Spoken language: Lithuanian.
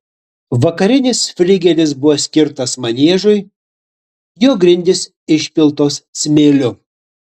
vakarinis fligelis buvo skirtas maniežui jo grindys išpiltos smėliu